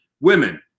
Women